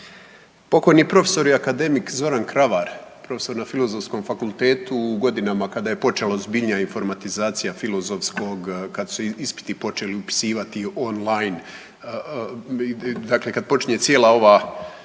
Pokojni profesor i akademik Zoran Kravar, profesor na Filozofskom fakultetu u godinama kada je počela ozbiljnija informatizacija Filozofskog kada su se ispiti počeli upisivati on-line, dakle kada počinje cijela ova